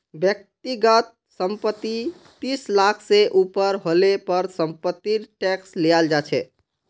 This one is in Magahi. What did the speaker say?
व्यक्तिगत संपत्ति तीस लाख से ऊपर हले पर समपत्तिर टैक्स लियाल जा छे